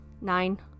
Nine